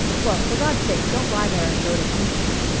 well, for god's sake don't lie there and go to pieces.